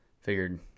figured